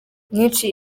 myinshi